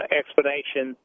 explanation